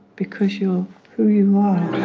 because you're who you are.